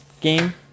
game